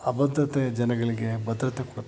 ಅಭದ್ರತೆ ಜನಗಳಿಗೆ ಭದ್ರತೆ ಕೊಡ್ತಾರೆ